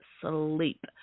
sleep